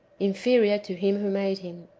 inferior to him who made him.